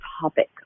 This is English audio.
topic